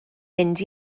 mynd